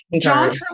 John